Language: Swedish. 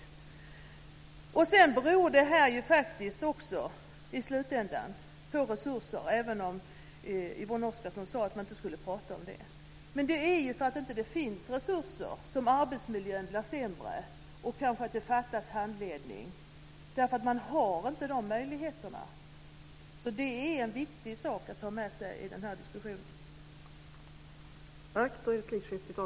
I slutändan beror det här faktiskt också på resurser, även om Yvonne Oscarsson sade att man inte skulle prata om det. Men det är ju för att det inte finns resurser som arbetsmiljön blir sämre, och det kanske fattas handledning därför att man inte har de möjligheterna. Det är en viktig sak att ha med sig i den här diskussionen.